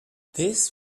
this